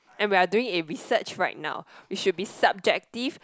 and we are doing a research right now we should be subjective